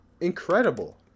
incredible